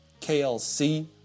KLC